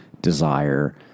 desire